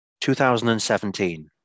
2017